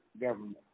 government